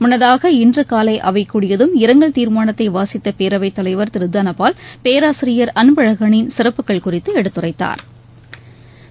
முன்னதாக இன்று காலை அவை கூடியதும் இரங்கல் தீர்மானத்தை வாசித்த பேரவைத்தலைவர் திரு தனபால் பேராசிரியர் அன்பழகனின் சிறப்புக்கள் குறித்து எடுத்துரைத்தாா்